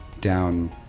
down